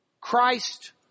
Christ